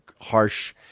harsh